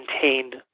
contained